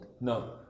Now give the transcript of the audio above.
No